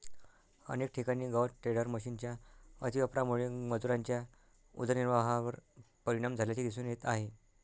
अनेक ठिकाणी गवत टेडर मशिनच्या अतिवापरामुळे मजुरांच्या उदरनिर्वाहावर परिणाम झाल्याचे दिसून येत आहे